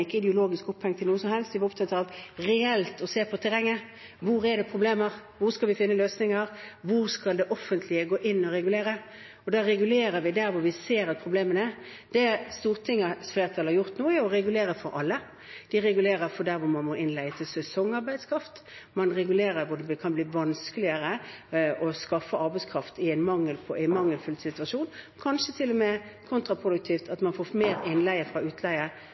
ikke ideologisk opphengt i noe som helst. Vi var opptatt av reelt å se på terrenget: Hvor er det problemer, hvor skal vi finne løsninger, hvor skal det offentlige gå inn og regulere? Da regulerer vi der vi ser at problemene er. Det stortingsflertallet har gjort nå, er å regulere for alle. Man regulerer der man må leie inn til sesongarbeidskraft, man regulerer der det kan bli vanskeligere å skaffe arbeidskraft i en mangelfull situasjon – det kan kanskje til og med bli kontraproduktivt, at man får mer innleie fra utleie